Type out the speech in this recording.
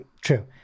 true